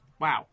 Wow